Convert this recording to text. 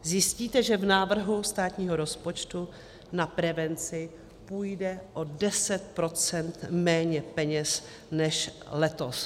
Zjistíte, že v návrhu státního rozpočtu na prevenci půjde o 10 % méně peněz než letos.